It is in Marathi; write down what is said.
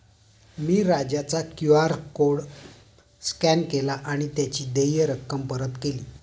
मी राजाचा क्यू.आर कोड स्कॅन केला आणि त्याची देय रक्कम परत केली